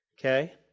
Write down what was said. Okay